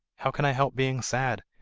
how can i help being sad?